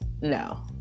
no